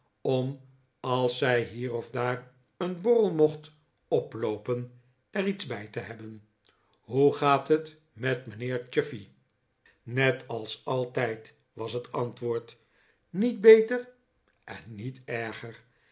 om als zij hier of daar een borrel mocht oploopen er iets bij te hebben hoe gaat het met mijnheer chuffey net als altijd was het antwoord niet beter en niet erger